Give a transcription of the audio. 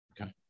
Okay